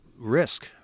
risk